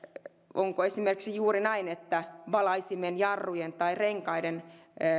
onko esimerkiksi juuri näin että valaisimen jarrujen tai renkaiden